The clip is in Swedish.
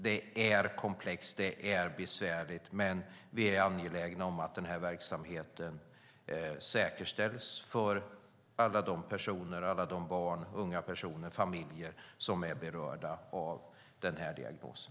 Det är komplext och besvärligt, men vi är angelägna om att verksamheten säkerställs för alla de barn, unga personer och familjer som är berörda av diagnosen.